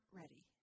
ready